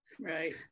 Right